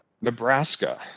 Nebraska